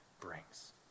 brings